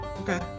Okay